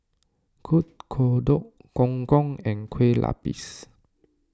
Kuih Kodok Gong Gong and Kue Lupis